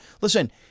Listen